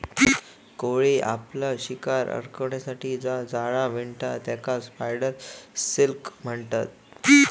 कोळी आपली शिकार अडकुच्यासाठी जा जाळा विणता तेकाच स्पायडर सिल्क म्हणतत